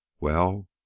Well